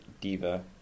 Diva